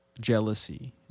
jealousy